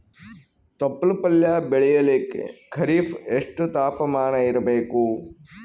ತೊಪ್ಲ ಪಲ್ಯ ಬೆಳೆಯಲಿಕ ಖರೀಫ್ ಎಷ್ಟ ತಾಪಮಾನ ಇರಬೇಕು?